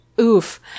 oof